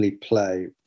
Play